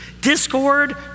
discord